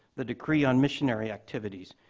the decree on missionary activities.